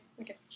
Okay